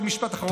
משפט אחרון.